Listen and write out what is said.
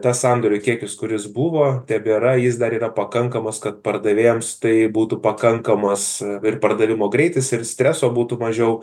tas sandorių kiekis kuris buvo tebėra jis dar yra pakankamas kad pardavėjams tai būtų pakankamas ir pardavimo greitis ir streso būtų mažiau